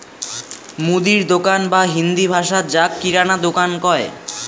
মুদির দোকান বা হিন্দি ভাষাত যাক কিরানা দুকান কয়